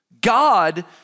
God